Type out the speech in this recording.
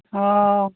ᱚᱻ